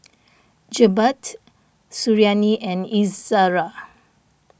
Jebat Suriani and Izzara